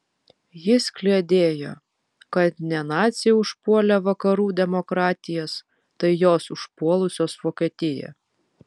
jis kliedėjo kad ne naciai užpuolė vakarų demokratijas tai jos užpuolusios vokietiją